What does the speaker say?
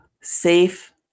safe